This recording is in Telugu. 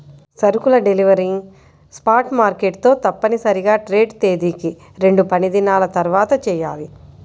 సరుకుల డెలివరీ స్పాట్ మార్కెట్ తో తప్పనిసరిగా ట్రేడ్ తేదీకి రెండుపనిదినాల తర్వాతచెయ్యాలి